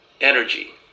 energy